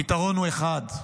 הפתרון הוא אחד.